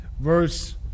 verse